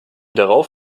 darauf